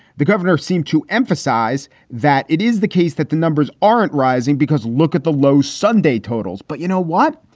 the governor seemed to emphasize that it is the case that the numbers aren't rising because look at the low sunday totals. but you know what?